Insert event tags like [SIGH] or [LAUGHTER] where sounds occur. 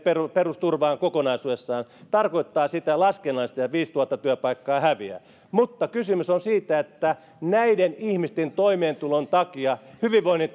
perusturvaan kokonaisuudessaan tarkoittaa laskennallisesti sitä että viisituhatta työpaikkaa häviää mutta kysymys on siitä että näiden ihmisten toimeentulon ja hyvinvoinnin [UNINTELLIGIBLE]